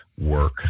work